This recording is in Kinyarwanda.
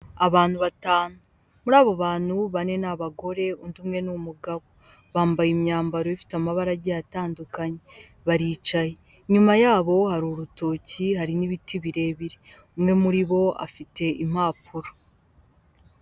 Abantu batanu, muri abo bantu bane ni abagore undi umwe n'umugabo, bambaye imyambaro ifite amabara agiye atandukanye baricaye, inyuma yabo hari urutoki, hari n'ibiti birebire, umwe muri bo afite impapuro.